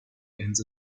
ends